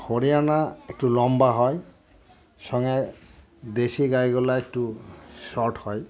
হরিয়ানা একটু লম্বা হয় সঙ্গে দেশি গাাইগুলো একটু শর্ট হয়